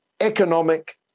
economic